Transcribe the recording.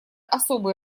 особый